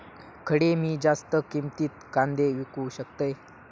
खडे मी जास्त किमतीत कांदे विकू शकतय?